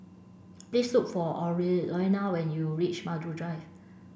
please look for Orlena when you reach Maju Drive